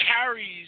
carries